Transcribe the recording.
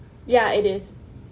ya it is